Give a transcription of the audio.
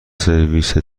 سرویس